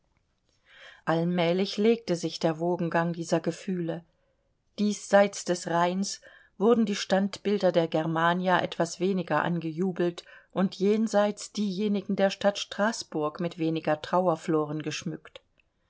allmählich legte sich der wogengang dieser gefühle diesseits des rheins wurden die standbilder der germania etwas weniger angejubelt und jenseits diejenigen der stadt straßburg mit weniger trauerfloren geschmückt